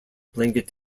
blanket